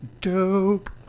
dope